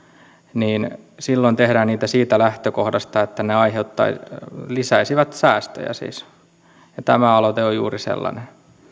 niin silloin tehdään niitä siitä lähtökohdasta että ne lisäisivät siis säästöjä ja tämä aloite on juuri sellainen